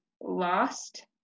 lost